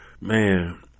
man